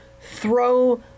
throw